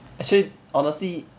actually honestly